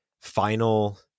final